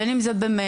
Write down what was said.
בין אם זה במייל,